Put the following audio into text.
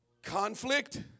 conflict